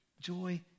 Joy